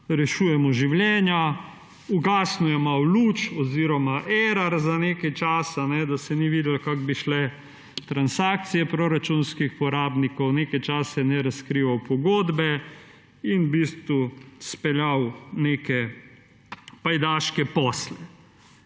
»rešujemo življenja«, malo je ugasnil luč oziroma erar za nekaj časa, da se ni videlo, kako bi šle transakcije proračunskih porabnikov, nekaj časa ne razkrival pogodb in v bistvu izpeljal neke pajdaške posle.